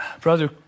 Brother